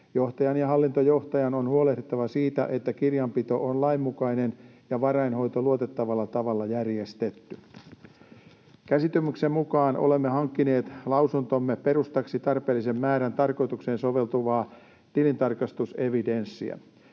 Johtajan ja hallintojohtajan on huolehdittava siitä, että kirjanpito on lainmukainen ja varainhoito luotettavalla tavalla järjestetty. Käsityksemme mukaan olemme hankkineet lausuntomme perustaksi tarpeellisen määrän tarkoitukseen soveltuvaa tilintarkastusevidenssiä.